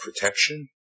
protection